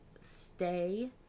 stay